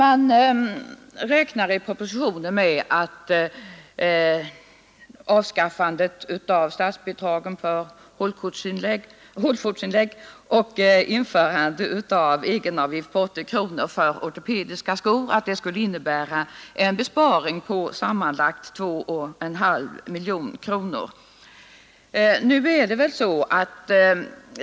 Enligt propositionen räknade man med att avskaffande av statsbidragen för hålfotsinlägg och införande av egenavgift på 80 kronor för ortopediska skor skulle innebära en besparing på sammanlagt 2,5 miljoner kronor.